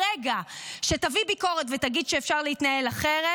ברגע שתביא ביקורת ותגיד שאפשר להתנהל אחרת,